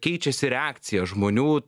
keičiasi reakcija žmonių